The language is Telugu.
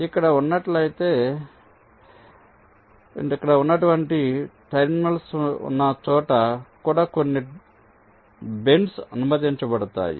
ఇక్కడ ఉన్నటువంటి టెర్మినల్స్ ఉన్న చోట కూడా కొన్ని బెండ్స్ అనుమతించబడతాయి